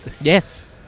Yes